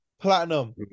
Platinum